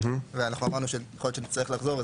ואנחנו אמרנו שיכול להיות שנצטרך לחזור,